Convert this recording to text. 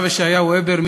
הרב ישעיהו הבר,